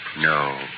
No